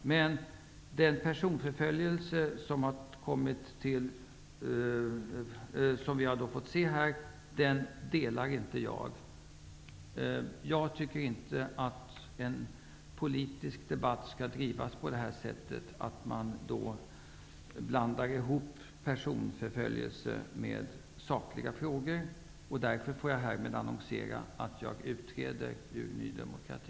Men jag ställer inte upp bakom den personförföljelse som vi har fått se här. Jag tycker inte att en politisk debatt skall drivas på detta sätt, att man blandar ihop personförföljelse med sakfrågor. Därför får jag härmed annonsera att jag utträder ur Ny demokrati.